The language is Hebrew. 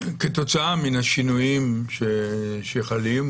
כתוצאה מן השינויים שחלים,